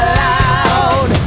loud